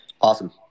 Awesome